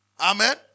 Amen